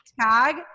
Tag